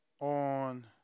on